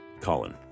Colin